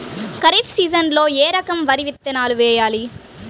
ఖరీఫ్ సీజన్లో ఏ రకం వరి విత్తనాలు వేయాలి?